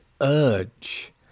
urge